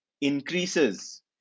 increases